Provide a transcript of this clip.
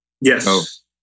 Yes